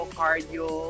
cardio